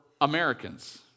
Americans